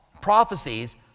prophecies